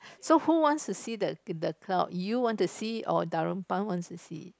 so who wants to see the the cloud you want to see or Darunpan wants to see